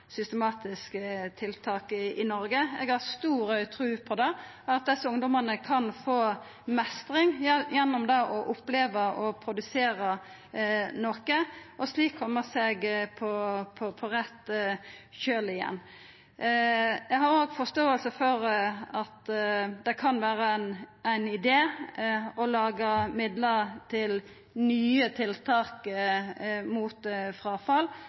tiltak i Noreg. Eg har stor tru på at desse ungdomane kan oppleva meistring gjennom det å oppleva å produsera noko, og slik koma seg på rett kjøl igjen. Eg har òg forståing for at det kan vera ein idé med midlar til nye tiltak mot fråfall.